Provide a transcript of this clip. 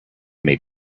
may